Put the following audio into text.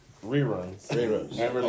Reruns